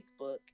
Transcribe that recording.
Facebook